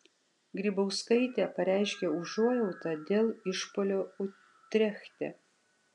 grybauskaitė pareiškė užuojautą dėl išpuolio utrechte